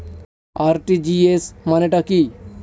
RTGS মানে টা কি?